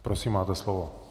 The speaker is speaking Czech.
Prosím, máte slovo.